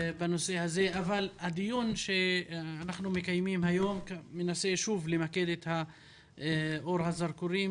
הדיון שאנחנו מקיימים היום וננסה למקד את אור הזרקורים